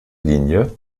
linie